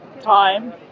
time